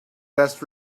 best